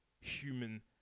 human